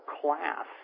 class